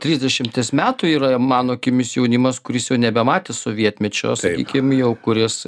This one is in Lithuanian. trisdešimties metų yra mano akimis jaunimas kuris jau nebematęs sovietmečio sakykim jau kuris